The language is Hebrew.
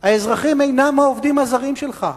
האזרחים אינם העובדים הזרים שלך,